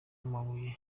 amabuye